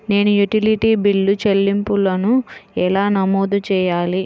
నేను utility bill చెల్లింపులను ఎలా నమోదు చేయాలి?